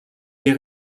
est